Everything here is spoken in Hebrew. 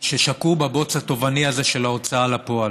ששקעו בבוץ הטובעני הזה של ההוצאה לפועל.